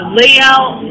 layout